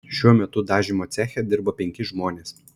šiuo metu dažymo ceche dirba penki žmonės